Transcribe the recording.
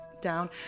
down